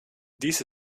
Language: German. dies